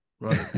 Right